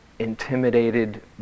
intimidated